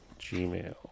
gmail